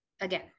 again